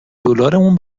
دلارمون